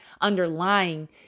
underlying